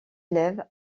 élèves